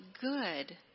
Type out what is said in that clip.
good